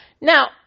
Now